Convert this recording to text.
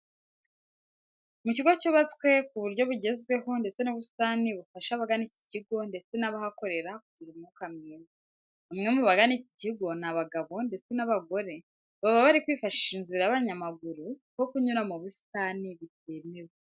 Mu kigo cyubatswe ku buryo bugezweho, ndetse n'ubusitani bufasha abagana iki kigo ndetse n'abahakorera kugira umwuka mwiza. Bamwe mu bagana iki kigo ni abagabo ndetse n'abagore bakaba bari kwifashisha inzira y'abanyamaguru kuko kunyura mu busitani bitemewe.